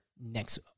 next